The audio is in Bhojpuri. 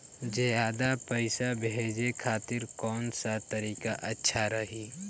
ज्यादा पईसा भेजे खातिर कौन सा तरीका अच्छा रही?